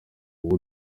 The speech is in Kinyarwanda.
uwo